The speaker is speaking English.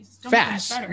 Fast